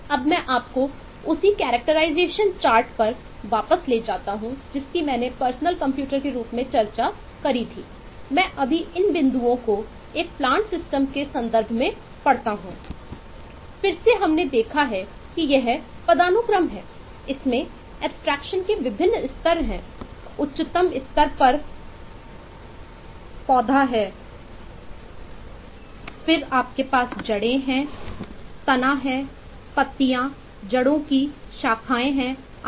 अब मैं आपको उसी कैरक्टराइजेशन चार्ट के विभिन्न स्तर हैं उच्चतम स्तर पर पौधा है फिर आपके पास जड़ें हैं तना हैं पत्तियां जड़ों की शाखाएं हैं आदि